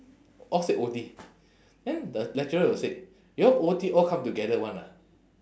all said O_T then the lecturer will say you all O_T all come together [one] ah